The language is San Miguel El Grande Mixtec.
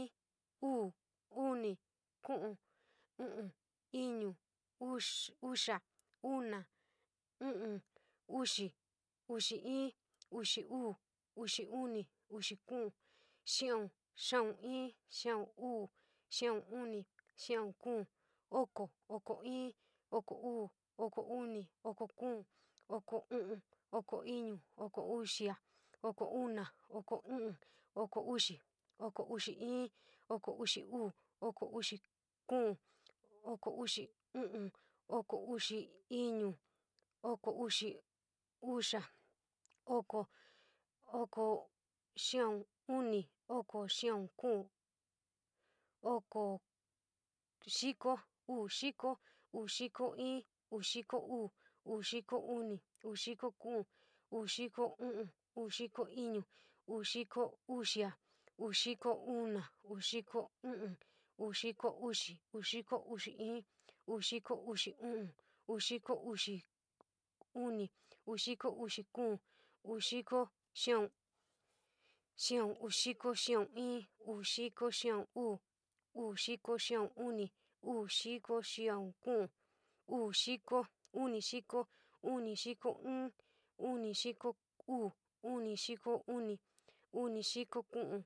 Iin, uu, uni, kuun, u'un, ñuu, uxia, una, iin, uxi, uxi iin, uxi uu, uxi uni, uxi kuun, uxi u'un, xia iin uu, xia un uu, xia uu, xia kuun, xia un, oko iin, oko uu, oko uni, oko kuun, oko u'un, oko ñuu, oko uxia, oko una, oko iin, oko uxi, oko uxi iin, oko uxi uu, oko uxi uni, oko uxi kuun, oko xia'u, oko xia'un iin, oko xia'un uu, oko xia'un uni, oko xia'un kuun, uxiko ñuu, uxiko iin, uxiko uu, uxiko uni, uxiko kuun, uxiko u'un, uxiko ñuu, uxiko uxia, uxiko una, uxiko iin, uxiko uxi, uxiko uxi iin, uxiko uxi uu, uxiko uxi uni, uxiko uxi kuun, uxiko xia'un, uxiko xia'un iin, uxiko xia'un uu, uxiko xia'un uni, uxiko xia'un kuun.